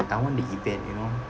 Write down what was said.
I want the event you know